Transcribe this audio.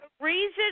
reason